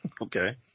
Okay